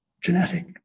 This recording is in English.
genetic